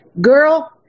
girl